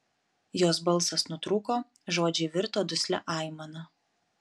jos balsas nutrūko žodžiai virto duslia aimana